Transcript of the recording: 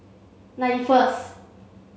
ninety first